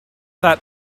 that